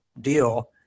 deal